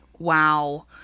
wow